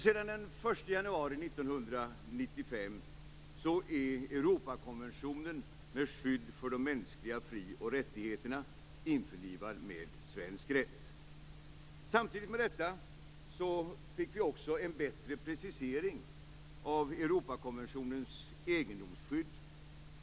Sedan den 1 januari 1995 är Europakonventionen med skydd för de mänskliga fri och rättigheterna införlivad med svensk rätt. Samtidigt med detta fick vi också en bättre precisering av Europakonventionens egendomsskydd.